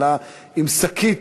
עלה עם שקית,